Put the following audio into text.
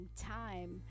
time